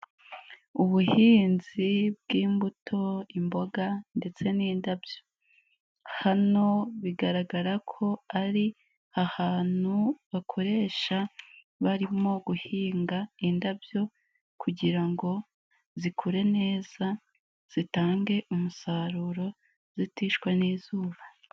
Ubuhinzi bw'imbuto, imboga ndetse n'indabyo, hano bigaragara ko ari ahantu bakoresha barimo guhinga indabyo kugirango zikure neza zitange umusaruro zitishwe n'izuba.